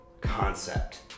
concept